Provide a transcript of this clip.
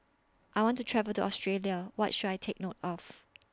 I want to travel to Australia What should I Take note of